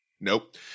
Nope